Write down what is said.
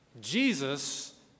Jesus